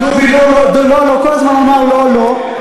"דובי לא לא" כל הזמן אמר "לא לא",